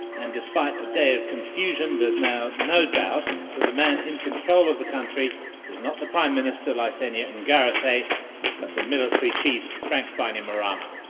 and despite a day of confusion, there's now no doubt that the man in control of the country is not the prime minister, laesenia and qarase, but the military chief, frank bainimarama.